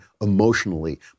emotionally